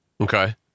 Okay